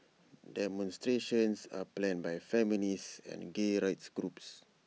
demonstrations are planned by feminist and gay rights groups